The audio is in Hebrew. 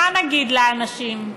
מה נגיד לאנשים?